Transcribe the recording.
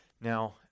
Now